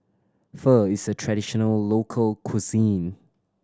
pho is a traditional local cuisine